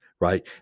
right